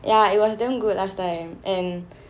ya it was damn good last time and